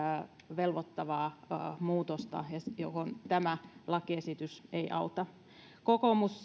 velvoittavaa muutosta mihin tämä lakiesitys ei auta kokoomus